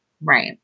Right